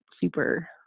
super